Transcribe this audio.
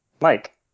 Mike